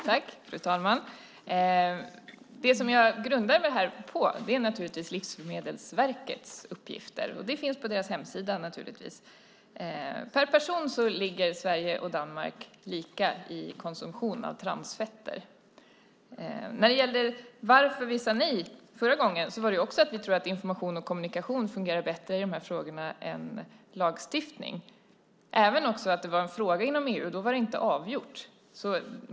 Fru talman! Det som jag grundade mig på är Livsmedelsverkets uppgifter. De finns på dess hemsida. Per person ligger Sverige och Danmark lika när det gäller konsumtion av transfetter. När det gäller varför vi sade nej förra gången var det också att vi tror att kommunikation och information fungerar bättre i de här frågorna än lagstiftning. Det var även en fråga inom EU som inte var avgjord.